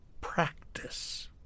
practice